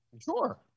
Sure